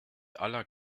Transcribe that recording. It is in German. aller